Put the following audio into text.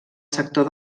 sector